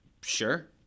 Sure